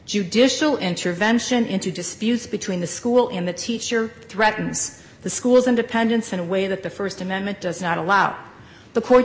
judicial intervention into disputes between the school in the teacher threatens the school's independence in a way that the st amendment does not allow the court